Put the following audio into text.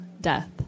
death